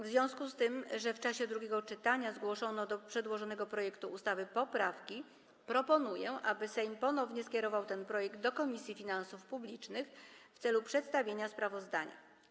W związku z tym, że w czasie drugiego czytania zgłoszono do przedłożonego projektu ustawy poprawki, proponuję, aby Sejm ponownie skierował ten projekt do Komisji Finansów Publicznych w celu przedstawienia sprawozdania.